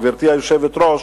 גברתי היושבת-ראש,